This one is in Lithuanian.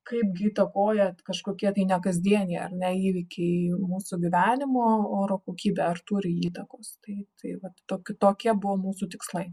kaipgi įtakoja kažkokie tai nekasdieniai ar ne įvykiai mūsų gyvenimo oro kokybę ar turi įtakos tai tai vat toki tokie buvo mūsų tikslai